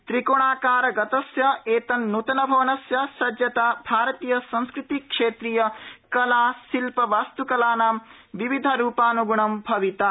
त्रिकोणाकारगतस्य एतन्नूतन भवनस्य सज्जता भारतीय संस्कृति क्षेत्रीय कला शिल्प वास्तुकलानां विविधरूपानुगुणं भविता